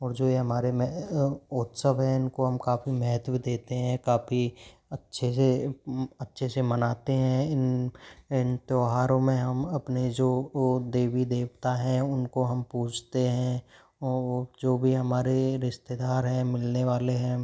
और जो ये हमारे में उत्सव है इनको हम काफ़ी महत्व देते हैं काफ़ी अच्छे से अच्छे से मनाते हैं इन इन त्यौहारों में हम अपने जो वो देवी देवता हैं उनको हम पूजते हैं वो जो भी हमारे रिश्तेदार हैं मिलने वाले हैं